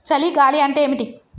చలి గాలి అంటే ఏమిటి?